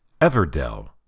Everdell